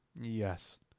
Yes